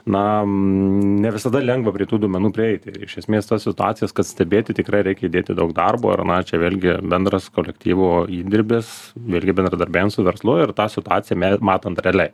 na ne visada lengva prie tų duomenų prieiti ir iš esmės tas situacijas kad stebėti tikrai reikia įdėti daug darbo ar na čia vėlgi bendras kolektyvo įdirbis vėlgi bendradarbiaujant su verslu ir tą situaciją matant realiai